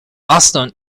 aston